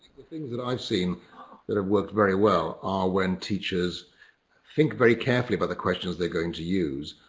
the things that i've seen that have worked very well are when teachers think very carefully about the questions they're going to use.